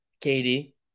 katie